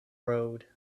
road